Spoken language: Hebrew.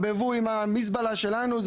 שהשתרבבו עם המזבלה שלנו.